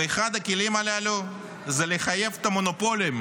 ואחד הכלים הללו זה לחייב את המונופולים,